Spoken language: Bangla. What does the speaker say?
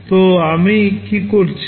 তো আমি কী করছি